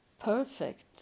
perfect